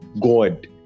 God